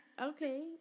okay